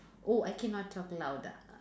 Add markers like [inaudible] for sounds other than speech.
oh I cannot talk louder [noise]